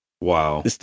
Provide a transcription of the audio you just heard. Wow